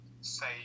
say